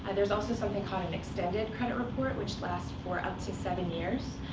and there's also something called an extended credit report, which lasts for up to seven years.